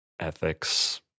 ethics